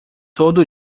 todo